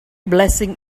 blessing